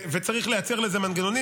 וצריך לייצר לזה מנגנונים.